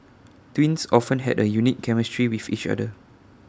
twins often have A unique chemistry with each other